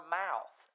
mouth